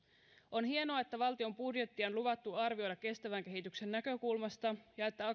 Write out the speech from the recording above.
on hienoa että valtion budjettia on luvattu arvioida kestävän kehityksen näkökulmasta ja